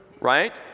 right